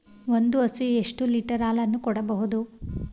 ಒಂದು ಹಸು ಎಷ್ಟು ಲೀಟರ್ ಹಾಲನ್ನು ಕೊಡಬಹುದು?